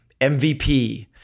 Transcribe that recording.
MVP